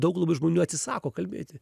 daug labai žmonių atsisako kalbėti